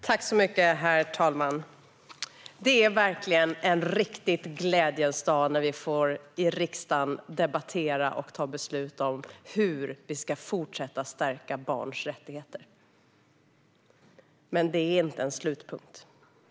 Herr talman! Det är verkligen en glädjens dag när vi i riksdagen får debattera och fatta beslut om hur man ska fortsätta att stärka barns rättigheter, men det är inte en slutpunkt.